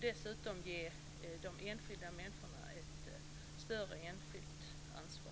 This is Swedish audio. Dessutom bör man ge de enskilda människorna ett större enskilt ansvar.